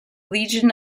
legion